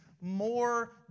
more